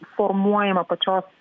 formuojama pačios